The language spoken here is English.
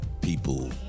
people